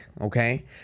Okay